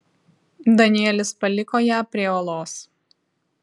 danielis paliko ją prie uolos